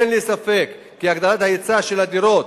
אין לי ספק כי הגדלת ההיצע של דירות